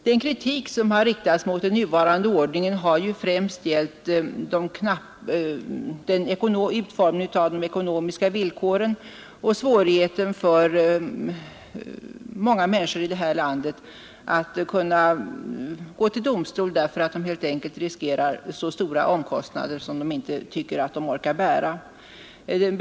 Den kritik som riktats mot den nuvarande ordningen har främst gällt utformningen av de ekonomiska villkoren och svårigheten för många människor i det här landet att gå till domstol, därför att de helt enkelt riskerar så stora omkostnader att de inte tycker sig kunna bära dem.